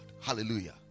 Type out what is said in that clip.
Hallelujah